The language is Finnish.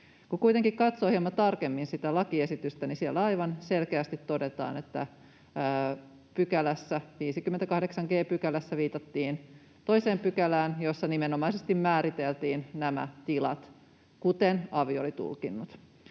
Kuitenkin, kun katsoo hieman tarkemmin sitä lakiesitystä, siellä aivan selkeästi todetaan, että 58 g §:ssä viitattiin toiseen pykälään, jossa nimenomaisesti määriteltiin nämä tilat kuten avi oli tulkinnut.